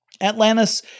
Atlantis